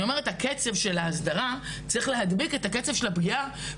אני אומרת הקצב של ההסדרה צריך להדביק את הקצב של הפגיעה.